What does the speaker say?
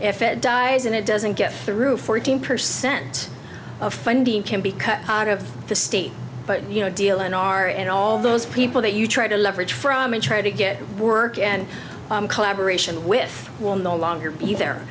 if it dies and it doesn't get through fourteen percent of funding can be cut out of the state but you know deal in are and all those people that you try to leverage from and try to get work in collaboration with will no longer be there